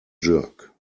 jerk